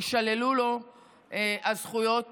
יישללו הזכויות